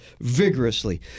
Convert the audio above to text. vigorously